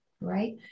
right